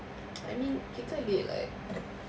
I mean kita need like